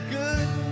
good